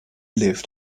lived